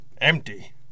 Empty